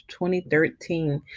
2013